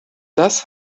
das